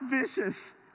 vicious